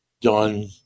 done